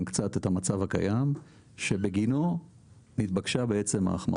קצת את המצב הקיים שבגינו נתבקשה בעצם ההארכה.